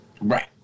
Right